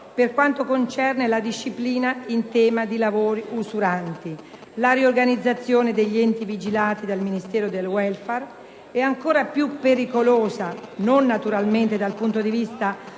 per quanto concerne la disciplina in tema di lavori usuranti, sulla riorganizzazione degli enti vigilati dal Ministero del *welfare* e, cosa ancor più pericolosa (non naturalmente dal punto di vista